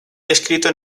descrito